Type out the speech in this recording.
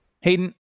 Hayden